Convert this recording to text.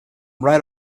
right